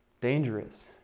Dangerous